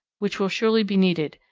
which will surely be needed,